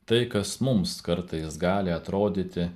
tai kas mums kartais gali atrodyti